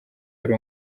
wari